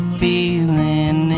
feeling